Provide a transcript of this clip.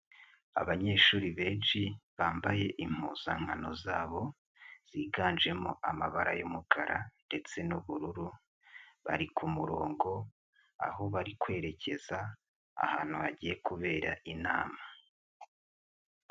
Abanyeshuri benshi, bambaye impuzankano zabo, ziganjemo amabara y'umukara, ndetse n'ubururu, bari ku murongo, aho bari kwerekeza ahantu hagiye kubera inama.